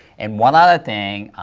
and one other thing,